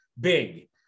big